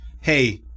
hey